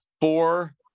four